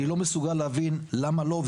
אני לא מסוגל להבין למה לא,